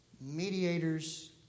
mediators